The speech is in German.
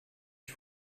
ich